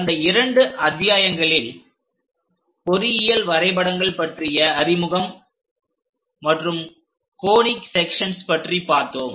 கடந்த இரண்டு அத்தியாயங்களில் பொறியியல் வரைபடங்கள் பற்றிய அறிமுகம் மற்றும் கோனிக் செக்சன்ஸ் பற்றி பார்த்தோம்